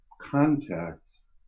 context